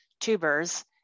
tubers